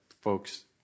folks